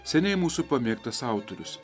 seniai mūsų pamėgtas autorius